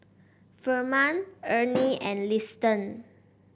Ferman Ernie and Liston